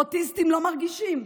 אוטיסטים לא מרגישים,